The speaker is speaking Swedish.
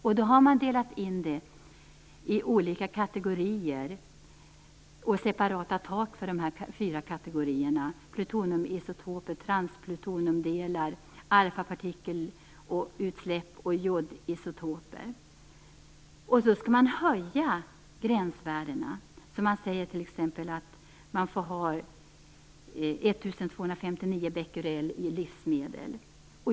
Man har delat in det hela i fyra olika kategorier med separata tak: plutoniumisotoper, transplutoniumdelar, alfapartikelutsläpp och jodisotoper. Och så skall man höja gränsvärdena så att man t.ex. får ha 1 259 becquerel i livsmedel.